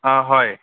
অ' হয়